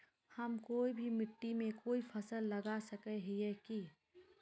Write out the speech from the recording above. हम कोई भी मिट्टी में कोई फसल लगा सके हिये की?